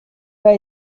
pas